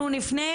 אנחנו נפנה